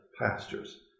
pastures